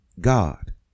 God